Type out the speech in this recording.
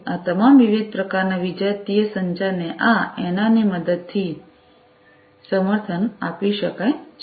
આ તમામ વિવિધ પ્રકારના વિજાતીય સંચારને આ એનઆર NR ની મદદથી સમર્થન આપી શકાય છે